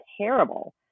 terrible